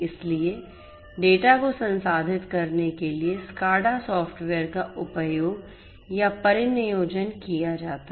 इसलिए डेटा को संसाधित करने के लिए SCADA सॉफ़्टवेयर का उपयोग या परिनियोजन किया जाता है